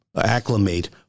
acclimate